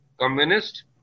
communist